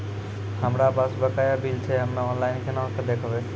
हमरा पास बकाया बिल छै हम्मे ऑनलाइन केना देखबै?